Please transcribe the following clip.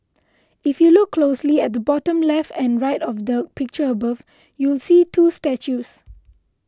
if you look closely at the bottom left and right of the picture above you'll see two statues